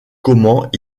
comment